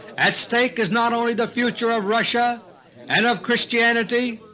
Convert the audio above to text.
at stake is not only the future of russia and of christianity,